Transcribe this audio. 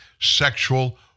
sexual